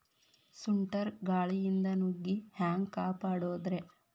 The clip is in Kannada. ಸುಂಟರ್ ಗಾಳಿಯಿಂದ ನುಗ್ಗಿ ಹ್ಯಾಂಗ ಕಾಪಡೊದ್ರೇ?